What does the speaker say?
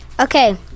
Okay